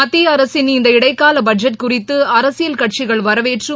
மத்திய அரசின் இந்த இடைக்கால பட்ஜெட் குறித்து அரசியல் கட்சிகள் வரவேற்றும்